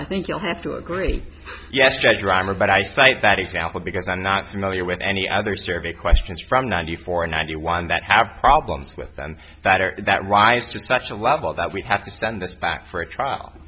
i think you'll have to agree yes judge driver but i cite that example because i'm not familiar with any other survey questions from ninety four ninety one that have problems with them that are that rise to such a level that we have to send this back for a trial